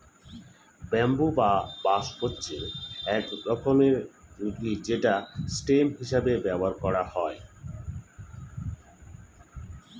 bamboo বা বাঁশ হচ্ছে এক রকমের উদ্ভিদ যেটা স্টেম হিসেবে ব্যবহার করা হয়